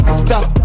stop